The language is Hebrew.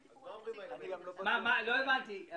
זה נלקח בחשבון בהחלטת השר.